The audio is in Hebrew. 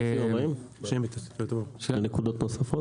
יש נקודות נוספות?